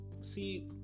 See